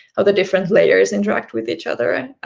ah the different layers interact with each other,